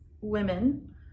women